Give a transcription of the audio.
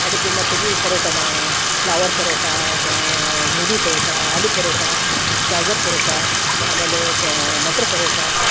ಅದಕ್ಕೇನು ಮಾಡ್ತೇವೆ ಪರೋಟನ ಪ್ಲವರ್ ಪರೋಟ ಆಗ ಮೂಲಿ ಪರೋಟ ಆಲೂ ಪರೋಟ ಗಾಜರ್ ಪರೋಟ ಆಮೇಲೆ ಕಾ ಮಟ್ರ್ ಪರೋಟ